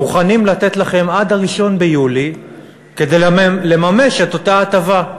מוכנים לתת לכם עד 1 ביולי כדי לממש את אותה הטבה.